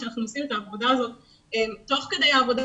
שאנחנו עושים את העבודה הזאת תוך כדי העבודה